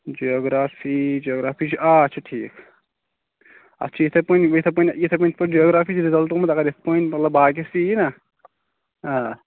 geography geography چھُ آ اتھ چھِ ٹھیٖک اتھ چھُ یِتھٕے پٲٹھۍ یِتھٕے پٲٹھۍ یٕتھٕے پٲٹھۍ یِتھٕے پٲٹھۍ جاگرٛافی رِزلٹ آمُت اَگر یِتھٕے پٲٹھۍ مطلب باقیس تہِ یی نا آ